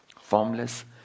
formless